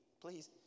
Please